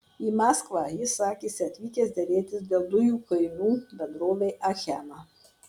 į maskvą jis sakėsi atvykęs derėtis dėl dujų kainų bendrovei achema